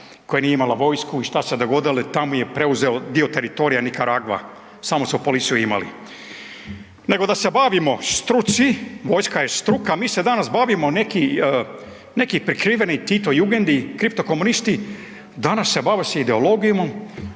koja nije imala vojsku i šta se dogodilo? Tamo je preuzeo dio teritorija Nikaragva, samo su policiju imali. Nego da se bavimo struci, vojska je struka, mi se danas bavimo neki, neki prikriveni Tito jugendi, kripto komunisti, danas se bave s ideologijom,